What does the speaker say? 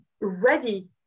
ready